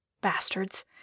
Bastards